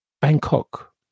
Bangkok